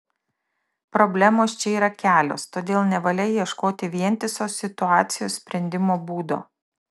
problemos čia yra kelios todėl nevalia ieškoti vientiso situacijos sprendimo būdo